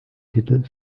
titel